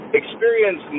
experience